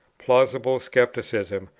plausible scepticism,